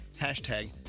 hashtag